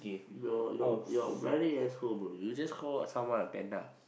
you're you're you're a bloody asshole bro you just called someone a panda